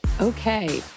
Okay